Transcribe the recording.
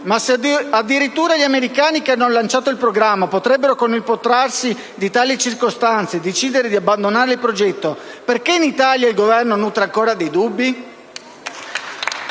ma se addirittura gli americani, che hanno lanciato il programma, con il protrarsi di tali circostanze potrebbero decidere di abbandonare il progetto, perché in Italia il Governo nutre ancora dei dubbi?